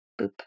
boop